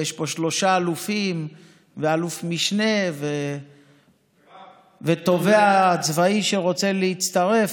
ויש פה שלושה אלופים ואלוף משנה ותובע צבאי שרוצה להצטרף,